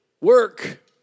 Work